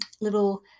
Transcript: little